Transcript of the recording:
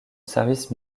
service